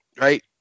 right